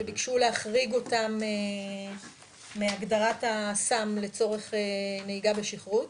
שביקשו להחריג אותם מהגדרת הסם לצורך נהיגה בשכרות.